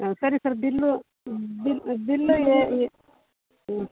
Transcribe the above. ಹಾಂ ಸರಿ sir bill bill bill ಎ ಎ ಹ್ಞೂ